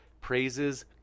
Praise's